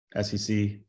SEC